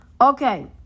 Okay